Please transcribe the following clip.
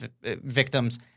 victims